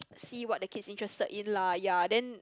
see what the kid is interested in lah ya then